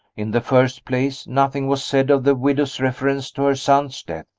in the first place, nothing was said of the widow's reference to her son's death,